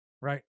right